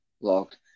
locked